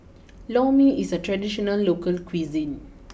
Lor Mee is a traditional local cuisine